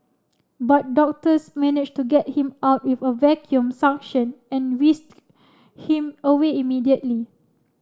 but doctors managed to get him out with a vacuum suction and whisked him away immediately